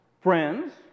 Friends